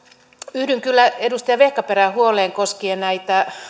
yhdyn kyllä edustaja vehkaperän huoleen koskien